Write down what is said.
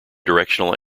directional